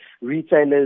retailers